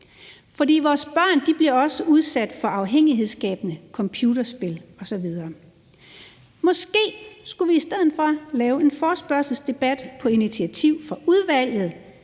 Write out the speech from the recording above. for vores børn bliver også udsat for afhængighedsskabende computerspil osv. Måske skulle vi i stedet for lave en forespørgselsdebat på initiativ fra udvalget,